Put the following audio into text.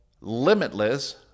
limitless